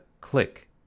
click